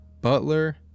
Butler